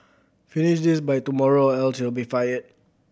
finish this by tomorrow or else you'll be fired